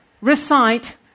recite